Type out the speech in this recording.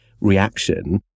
reaction